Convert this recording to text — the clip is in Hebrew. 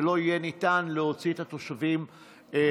ולא יהיה ניתן להוציא את התושבים החוצה.